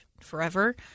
forever